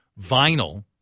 vinyl